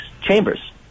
chambers